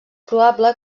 probable